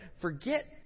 Forget